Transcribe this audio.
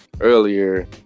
earlier